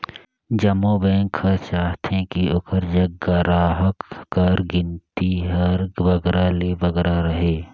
जम्मो बेंक हर चाहथे कि ओकर जग गराहक कर गिनती हर बगरा ले बगरा रहें